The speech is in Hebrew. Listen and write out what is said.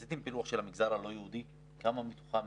עשיתם פילוח של המגזר הלא יהודי, כמה מתוכם